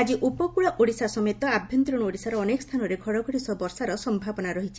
ଆଜି ଉପକୂଳ ଓଡ଼ିଶା ସମେତ ଆଭ୍ୟନ୍ତରୀଣ ଓଡ଼ିଶାର ଅନେକ ସ୍ଚାନରେ ଘଡ଼ଘଡ଼ି ସହ ବର୍ଷାର ସମ୍ଭାବନା ରହିଛି